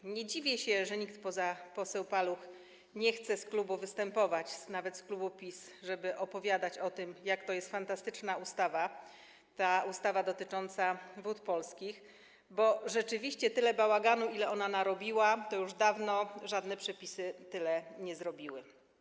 I nie dziwię się, że poza poseł Paluch nikt z klubu nie chce występować, nawet z klubu PiS, żeby opowiadać o tym, jaka to jest fantastyczna ustawa, ta ustawa dotycząca Wód Polskich, bo rzeczywiście tyle bałaganu, ile ona narobiła, to już dawno żadne przepisy nie zrobiły.